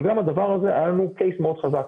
אבל גם הדבר הזה, היה לנו case מאוד חזק.